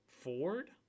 Ford